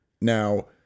Now